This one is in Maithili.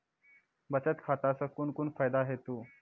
बचत खाता सऽ कून कून फायदा हेतु?